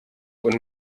und